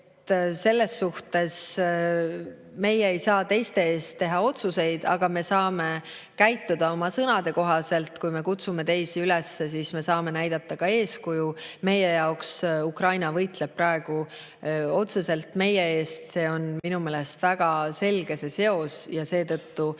selles suhtes meie ei saa teiste eest teha otsuseid, aga me saame käituda oma sõnade kohaselt. Kui me kutsume teisi üles, siis me saame näidata ka eeskuju. Meie jaoks Ukraina võitleb praegu otseselt meie eest, see on minu meelest väga selge seos. Ja seetõttu